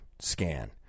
scan